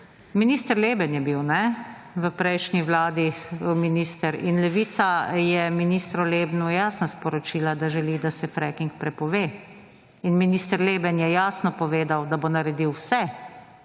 Minister Leben je bil v prejšnji vladi minister in Levica je ministru Lebnu, jaz sem sporočila, da želi, da se fracking prepove. In minister Leben je jasno povedal, da bo naredil vse,